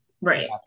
right